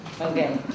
Okay